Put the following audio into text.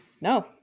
No